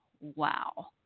wow